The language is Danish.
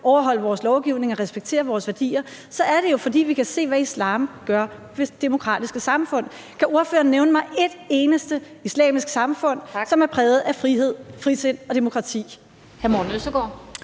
overholde vores lovgivning og respektere vores værdier, så er det jo, fordi vi kan se, hvad islam gør ved demokratiske samfund. Kan ordføreren nævne mig et eneste islamisk samfund, som er præget af frihed, frisind og demokrati?